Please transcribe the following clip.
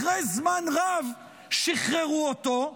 אחרי זמן רב שחררו אותו,